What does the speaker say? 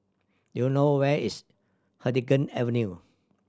do you know where is Huddington Avenue